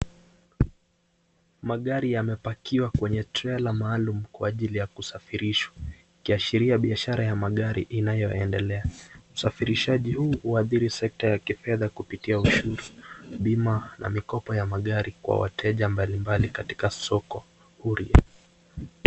Magari yamepakiwa kwa trailer maalum kwa ajili ya kusafirishwa kuashiria biashara ya magari inayo endelea, usafirizaji huu uadhiri sekta ya kifedha za kupitia ushuru, bima na mikopo ya magari kwa wateja mbali mbali katika soko huria.